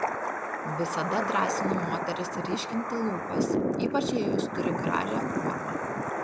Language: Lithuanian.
visada drąsinu moteris ryškinti lūpas ypač jei jos turi gražią formą